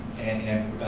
and